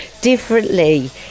differently